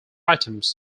items